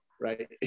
right